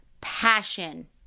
passion